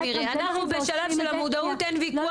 בעניין המודעות אין ויכוח,